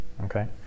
okay